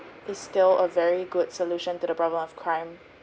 is still a very good solution to the problem of crime